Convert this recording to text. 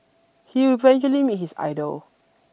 he would eventually meet his idol